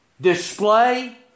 display